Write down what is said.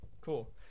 Cool